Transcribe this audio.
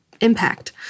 impact